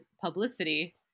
publicity –